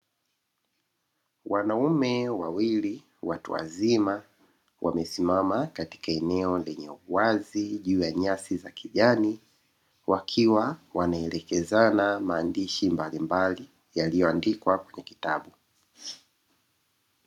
Wanaume wawili watu wazima, wamesimama katika eneo lenye uwazi juu ya nyasi za kijani, wakiwa wanaelekezana maandishi mbalimbali yaliyoandikwa katika kitabu.